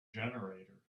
generator